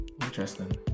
Interesting